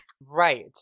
Right